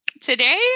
Today